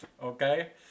okay